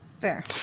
fair